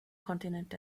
kontinent